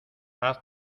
haz